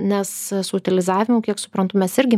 nes su utilizavimu kiek suprantu mes irgi